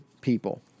people